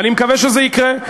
ואני מקווה שזה יקרה.